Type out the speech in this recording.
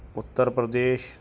Uttar Pradesh